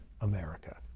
America